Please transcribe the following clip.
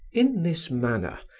in this manner,